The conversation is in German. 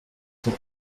zum